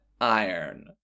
iron